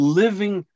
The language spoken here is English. living